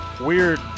weird